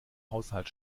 haushalt